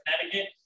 Connecticut